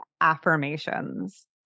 affirmations